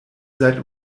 seid